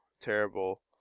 terrible